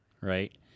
right